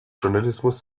journalismus